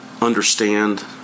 understand